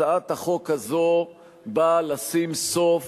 הצעת החוק הזו באה לשים סוף